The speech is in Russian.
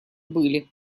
были